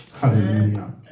hallelujah